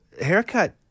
haircut